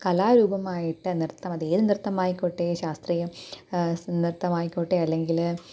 കലാരൂപമായിട്ട് നൃത്തം അത് ഏത് നൃത്തമായിക്കോട്ടെ ശാസ്ത്രീയം നൃത്തമായിക്കോട്ടെ അല്ലെങ്കിൽ